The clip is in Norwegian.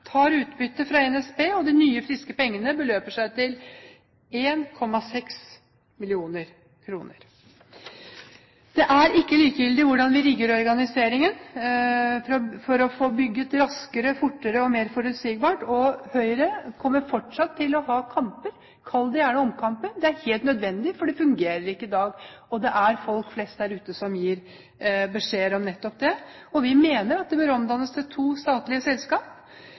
tar utbytte fra NSB – og de nye, friske pengene beløper seg til 1,6 mill. kr. Det er ikke likegyldig hvordan vi rigger organiseringen for å få bygget raskere og mer forutsigbart, Høyre kommer fortsatt til å ha kamper – kall det gjerne omkamper. Det er helt nødvendig, for det fungerer ikke i dag. Og det er folk flest der ute som gir beskjed om nettopp det. Vi mener at Jernbaneverket bør omdannes til to statlige